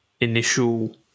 initial